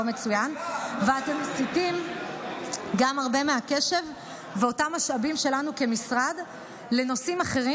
אתם מסיטים גם הרבה מהקשב ואותם משאבים שלנו כמשרד לנושאים אחרים,